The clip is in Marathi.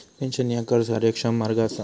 पेन्शन ह्या कर कार्यक्षम मार्ग असा